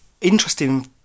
interesting